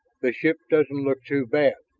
the ship doesn't look too bad,